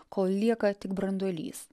kol lieka tik branduolys